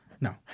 No